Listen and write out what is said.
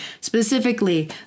specifically